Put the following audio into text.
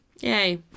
Yay